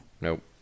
Nope